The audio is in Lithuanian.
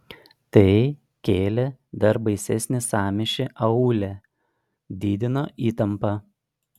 tai kėlė dar baisesnį sąmyšį aūle didino įtampą